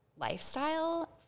lifestyle